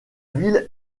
ville